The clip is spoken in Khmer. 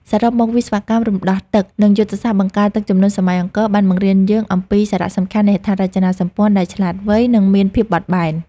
សរុបមក វិស្វកម្មរំដោះទឹក និងយុទ្ធសាស្ត្របង្ការទឹកជំនន់សម័យអង្គរ បានបង្រៀនយើងអំពីសារៈសំខាន់នៃហេដ្ឋារចនាសម្ព័ន្ធដែលឆ្លាតវៃ និងមានភាពបត់បែន។